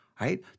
right